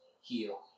heal